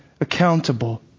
accountable